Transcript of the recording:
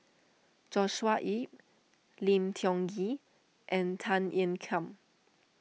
Joshua Ip Lim Tiong Ghee and Tan Ean Kiam